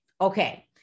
Okay